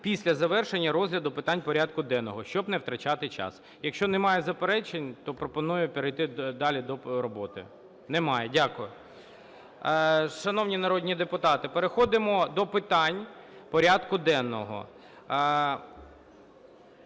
після завершення розгляду питань порядку денного, щоб не втрачати час. Якщо немає заперечень, то пропоную перейти далі до роботи. Немає. Дякую. Шановні народні депутати, переходимо до питань порядку денного.